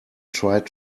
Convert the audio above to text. tried